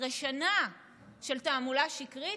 אחרי שנה של תעמולה שקרית,